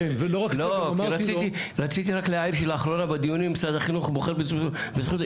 כי רציתי רק להעיר שלאחרונה בדיונים משרד החינוך בוחר בזכות השתיקה.